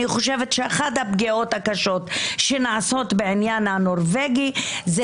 אני חושבת שאחת הפגיעות הקשות שנעשות בעניין הנורבגי זה